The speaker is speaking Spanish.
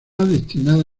destinada